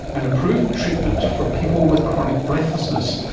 an approved treatment for people with chronic breathlessness,